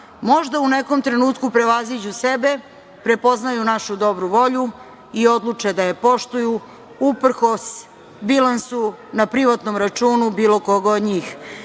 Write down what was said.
možda u nekom trenutku prevaziđu sebe, prepoznaju našu dobru volju i odluče da je poštuju uprkos bilansu na privatnom računu bilo koga od